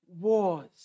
wars